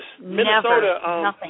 Minnesota